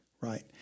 right